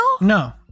No